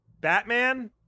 Batman